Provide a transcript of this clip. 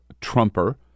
trumper